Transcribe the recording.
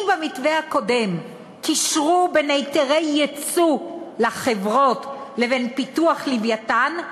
אם במתווה הקודם קישרו בין היתרי ייצוא לחברות לבין פיתוח "לווייתן",